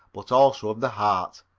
but also of the heart.